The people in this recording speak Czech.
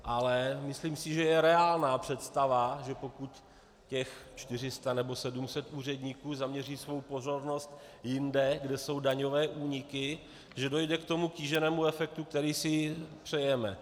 Ale myslím si, že je reálná představa, že pokud 400 nebo 700 úředníků zaměří svou pozornost jinde, kde jsou daňové úniky, dojde k tomu kýženému efektu, který si přejeme.